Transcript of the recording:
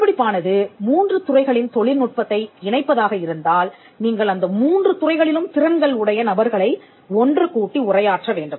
கண்டுபிடிப்பானது மூன்று துறைகளின் தொழில்நுட்பத்தை இணைப்பதாக இருந்தால் நீங்கள் அந்த மூன்று துறைகளிலும் திறன்கள் உடைய நபர்களை ஒன்று கூட்டி உரையாற்ற வேண்டும்